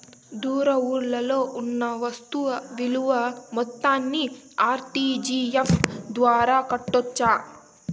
దూర ఊర్లలో కొన్న వస్తు విలువ మొత్తాన్ని ఆర్.టి.జి.ఎస్ ద్వారా కట్టొచ్చా?